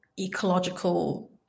ecological